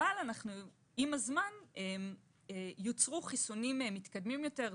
אבל עם הזמן יוצרו חיסונים מתקדמים יותר,